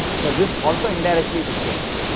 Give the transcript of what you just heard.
so, this also indirectly dictates.